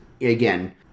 again